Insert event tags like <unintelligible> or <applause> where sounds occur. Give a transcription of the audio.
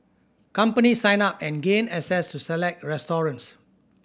companies sign up and gain access to select <unintelligible>